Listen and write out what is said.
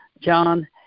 John